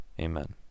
Amen